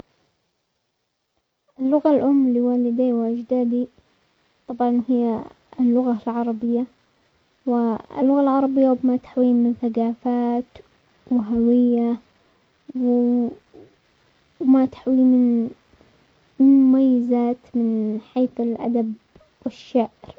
اللغة الام لوالدي واجدادي طبعا هي اللغة العربية، واللغة العربية وبما تحوي من ثقافات وهوية و-وما تحوي من مميزات من حيث الادب والشعر.